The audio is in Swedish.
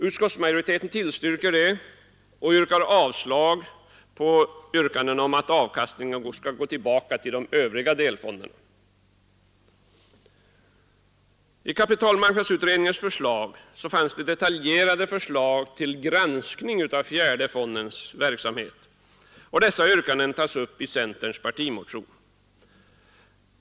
Utskottsmajoriteten tillstyrker det och yrkar avslag på yrkandet om att avkastningen skall gå tillbaka till de övriga delfonderna. I kapitalmarknadsutredningens förslag fanns det detaljerade förslag till granskning av fjärde fondens verksamhet. Dessa yrkanden tas upp i centerns partimotion.